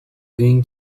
going